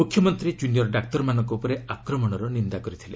ମୁଖ୍ୟମନ୍ତ୍ରୀ ଜୁନିୟର୍ ଡାକ୍ତରମାନଙ୍କ ଉପରେ ଆକ୍ରମଣର ନିନ୍ଦା କରିଥିଲେ